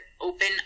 open